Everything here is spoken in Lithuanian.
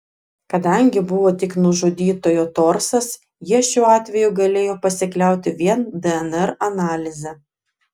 kadangi buvo tik nužudytojo torsas jie šiuo atveju galėjo pasikliauti vien dnr analize